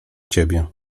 ciebie